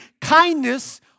kindness